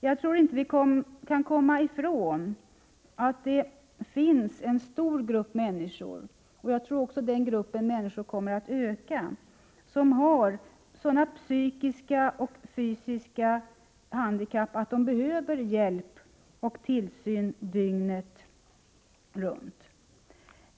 Jag tror inte att vi kan komma ifrån att det finns en stor grupp människor — jag tror också att den gruppen människor kommer att utvidgas — som har sådana psykiska och fysiska handikapp att de behöver hjälp och tillsyn dygnet runt.